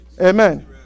Amen